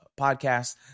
podcast